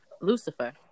Lucifer